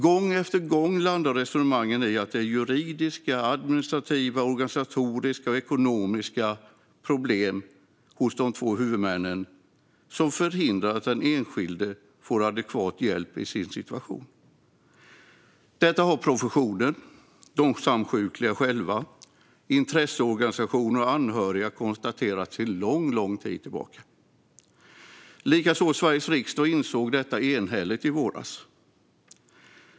Gång efter gång landar resonemangen i att det är juridiska, administrativa, organisatoriska och ekonomiska problem hos de två huvudmännen som förhindrar att den enskilde får adekvat hjälp i sin situation. Detta har professionen, de samsjukliga själva, intresseorganisationer och anhöriga konstaterat sedan lång tid tillbaka. Likaså Sveriges riksdag insåg detta enhälligt i våras.